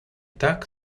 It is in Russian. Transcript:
так